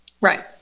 Right